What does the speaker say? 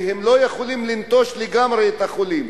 והם לא יכולים לנטוש לגמרי את החולים,